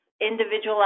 individualized